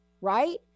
right